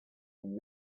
and